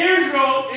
Israel